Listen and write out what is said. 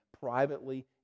privately